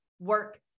work